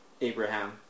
Abraham